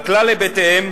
על כלל היבטיהם,